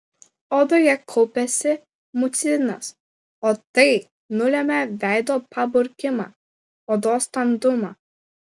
odoje kaupiasi mucinas o tai nulemia veido paburkimą odos standumą